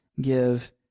give